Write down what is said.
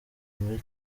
muri